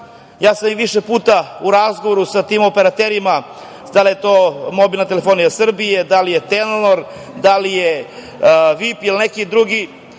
stvar. Više puta sam u razgovoru sa tim operaterima, sada je to „Mobilna telefonija Srbije“, da li je „Telenor“, da li je VIP ili neki drugi,